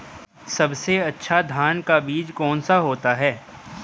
सबसे अच्छा धान का बीज कौन सा होता है?